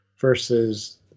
versus